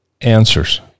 answers